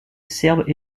serbe